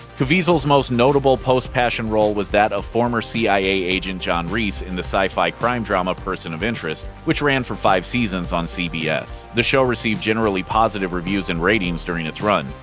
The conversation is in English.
caviezel's most notable post-passion role was that of former cia agent john reese in the sci-fi crime drama person of interest, which ran for five seasons on cbs. the show received generally positive reviews and ratings during its run.